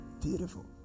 Beautiful